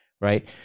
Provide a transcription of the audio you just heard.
right